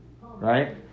Right